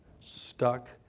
stuck